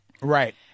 Right